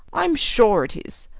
i'm sure it is.